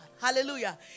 Hallelujah